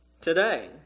today